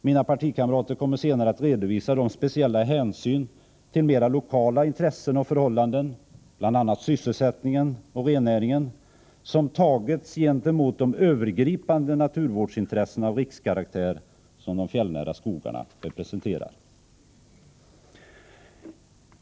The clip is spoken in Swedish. Mina partikamrater kommer senare att redovisa de speciella hänsyn till mera lokala intressen och förhållanden, bl.a. sysselsättningen och rennäringen, som tagits gentemot de övergripande naturvårdsintressen av rikskaraktär som de fjällnära skogarna representerar.